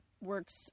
works